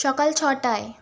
সকাল ছটায়